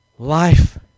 life